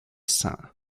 sens